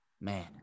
man